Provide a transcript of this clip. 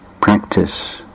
practice